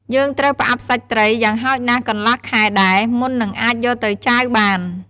យើងត្រូវផ្អាប់សាច់ត្រីយ៉ាងហោចណាស់កន្លះខែដែរ មុននឹងអាចយកទៅចាវបាន។